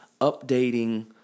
updating